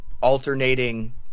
alternating